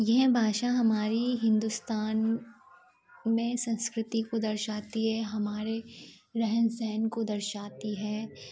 यह भाषा हमारी हिंदुस्तान में संस्कृति को दर्शाती है हमारे रहन सहन को दर्शाती है